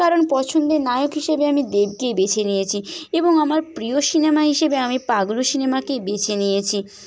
কারণ পছন্দের নায়ক হিসেবে আমি দেবকেই বেছে নিয়েছি এবং আমার প্রিয় সিনেমা হিসেবে আমি পাগলু সিনেমাকেই বেছে নিয়েছি